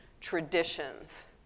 traditions